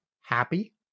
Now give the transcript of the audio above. Happy